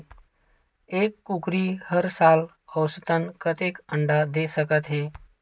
एक कुकरी हर साल औसतन कतेक अंडा दे सकत हे?